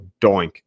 DOINK